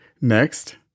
Next